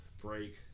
break